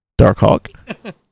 Darkhawk